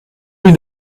rue